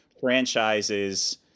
franchises